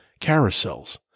carousels